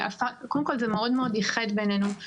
קודם כול, זה מאוד איחד בינינו.